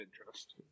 interest